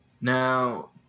Now